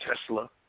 Tesla